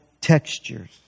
textures